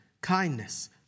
kindness